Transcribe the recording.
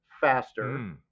faster